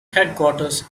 headquarters